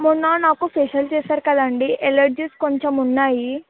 మొన్న నాకు ఫేషియల్ చేసారు కదండి ఎలర్జీస్ కొంచెం ఉన్నాయి